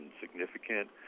significant